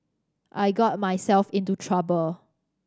I got myself into trouble